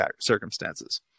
circumstances